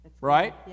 right